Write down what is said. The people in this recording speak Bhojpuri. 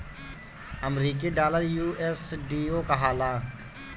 अमरीकी डॉलर यू.एस.डी.ओ कहाला